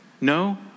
No